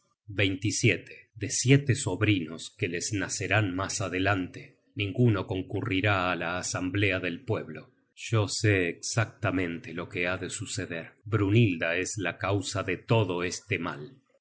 resoluciones de siete sobrinos que les nacerán mas adelante ninguno concurrirá á la asamblea del pueblo yo sé exactamente lo que ha de suceder brynhilda es la causa de todo este mal